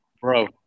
Bro